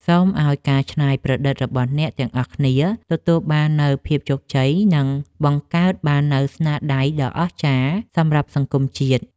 សូមឱ្យការច្នៃប្រឌិតរបស់អ្នកទាំងអស់គ្នាទទួលបាននូវភាពជោគជ័យ និង បង្កើតបាននូវស្នាដៃដ៏អស្ចារ្យសម្រាប់សង្គមជាតិ។